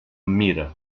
mira